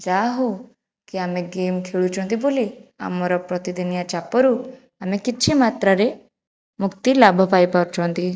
ଯା ହେଉ କି ଆମେ ଗେମ୍ ଖେଳୁଛନ୍ତି ବୋଲି ଆମର ପ୍ରତିଦିନିଆ ଚାପରୁ ଆମେ କିଛି ମାତ୍ରାରେ ମୁକ୍ତି ଲାଭ ପାଇ ପାରୁଛନ୍ତି